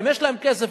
אם יש להם כסף,